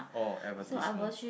oh advertisement